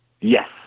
Yes